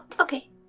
Okay